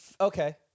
Okay